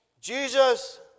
Jesus